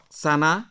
sana